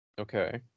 Okay